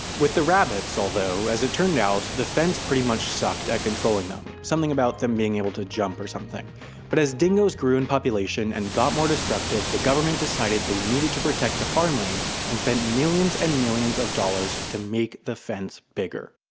with the rabbits, although, as it turned out the fence pretty much sucked at controlling them something about them being able to jump or something but as dingoes grew in population and got more destructive the government decided they needed to protect the farmland and spent millions and millions of dollars to make the fence bigger.